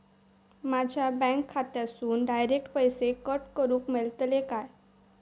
माझ्या बँक खात्यासून डायरेक्ट पैसे कट करूक मेलतले काय?